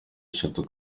eshatu